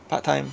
part time